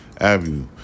Avenue